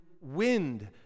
wind